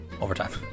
overtime